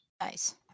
Nice